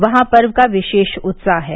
वहां पर पर्व का विशेष उत्साह है